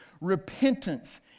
repentance